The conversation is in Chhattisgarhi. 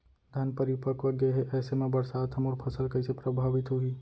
धान परिपक्व गेहे ऐसे म बरसात ह मोर फसल कइसे प्रभावित होही?